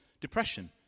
depression